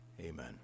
Amen